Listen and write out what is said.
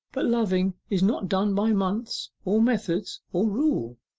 but loving is not done by months, or method, or rule,